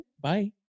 bye